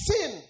Sin